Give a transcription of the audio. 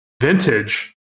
Vintage